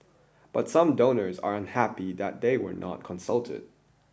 but some donors are unhappy that they were not consulted